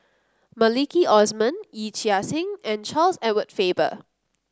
Maliki Osman Yee Chia Hsing and Charles Edward Faber